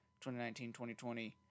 2019-2020